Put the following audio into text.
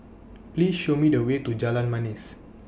Please Show Me The Way to Jalan Manis